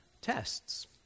tests